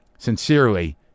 Sincerely